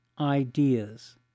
ideas